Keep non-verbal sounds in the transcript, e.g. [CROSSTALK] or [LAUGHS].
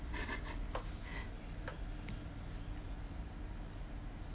[LAUGHS]